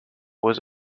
was